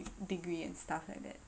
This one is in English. degree and stuff like that